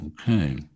okay